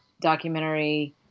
documentary